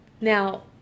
now